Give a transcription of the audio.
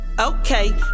Okay